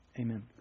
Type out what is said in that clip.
amen